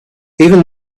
even